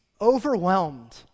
overwhelmed